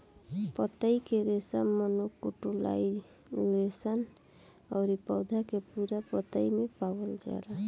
पतई के रेशा मोनोकोटाइलडोनस अउरी पौधा के पूरा पतई में पावल जाला